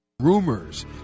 Rumors